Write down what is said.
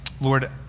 Lord